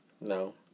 No